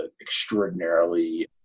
extraordinarily